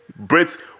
Brits